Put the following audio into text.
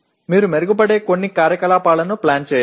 మీరు మెరుగుపడే కొన్ని కార్యకలాపాలను ప్లాన్ చేయాలి